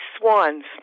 swans